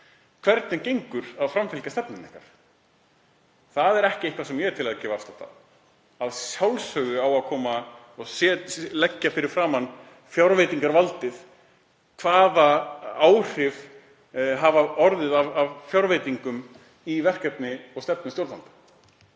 hvernig gengur að framfylgja stefnunni ykkar? Það er ekki eitthvað sem ég er til í að gefa afslátt af. Að sjálfsögðu á að leggja fyrir fjárveitingarvaldið hvaða áhrif hafa orðið af fjárveitingum í verkefni og stefnu stjórnvalda.